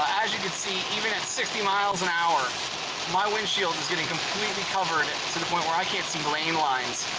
as you can see even at sixty miles an hour my windshield is getting completely covered to the point that i can't see lane lines.